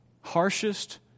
harshest